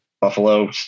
Buffalo